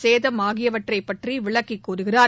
சேதம் ஆகியவை பற்றி விளக்கிக் கூறுகிறார்